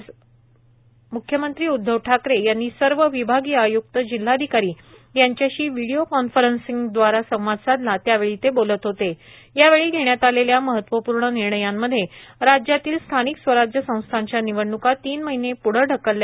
आज मुख्यमंत्री उदधव ठाकरे यांनी सर्व विभागीय आय्क्त जिल्हाधिकारी यांच्याशी व्हिडीओ कॉन्फरन्सद्वारे संवाद साधला त्यावेळी ते बोलत होते यावेळी घेण्यात आलेल्या महत्वपूर्ण निर्णयांमध्ये राज्यातील स्थानिक स्वराज्य संस्थांच्या निवडण्का तीन महिने प्ढे ढकलल्या